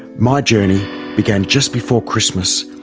my journey began just before christmas,